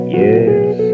Yes